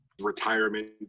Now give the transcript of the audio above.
retirement